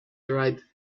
tried